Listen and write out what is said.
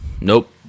Nope